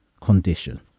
Condition